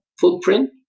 footprint